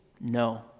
no